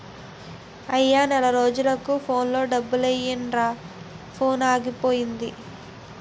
అయ్యా నెల రోజులకు ఫోన్లో డబ్బులెయ్యిరా ఫోనాగిపోయింది